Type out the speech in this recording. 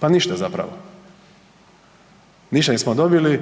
Pa ništa zapravo. Ništa nismo dobili